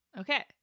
Okay